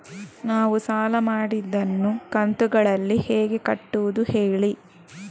ನಾವು ಸಾಲ ಮಾಡಿದನ್ನು ಕಂತುಗಳಲ್ಲಿ ಹೇಗೆ ಕಟ್ಟುದು ಹೇಳಿ